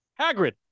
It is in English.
Hagrid